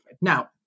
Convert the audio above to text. Now